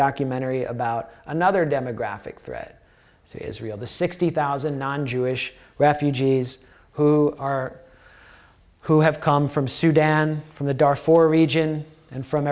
documentary about another demographic threat to israel the sixty thousand non jewish refugees who are who have come from sudan from the darfur region and from